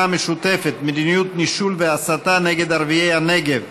המשותפת: מדיניות נישול והסתה נגד ערביי הנגב.